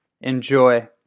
Enjoy